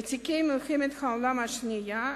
ותיקי מלחמת העולם השנייה,